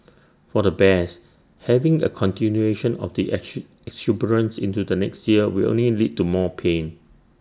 for the bears having A continuation of the into next year will only lead to more pain